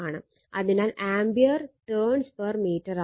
അതിനാൽ ampere turns per metre ആവും